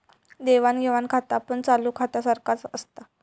देवाण घेवाण खातापण चालू खात्यासारख्याच असता